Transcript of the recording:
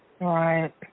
Right